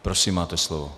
Prosím, máte slovo.